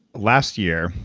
last year,